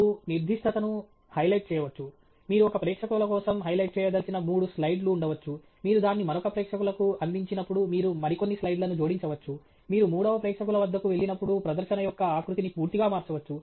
మీరు నిర్దిష్టతను హైలైట్ చేయవచ్చు మీరు ఒక ప్రేక్షకుల కోసం హైలైట్ చేయదలిచిన మూడు స్లైడ్లు ఉండవచ్చు మీరు దాన్ని మరొక ప్రేక్షకులకు అందించినప్పుడు మీరు మరికొన్ని స్లైడ్లను జోడించవచ్చు మీరు మూడవ ప్రేక్షకుల వద్దకు వెళ్ళినప్పుడు ప్రదర్శన యొక్క ఆకృతిని పూర్తిగా మార్చవచ్చు